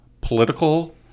political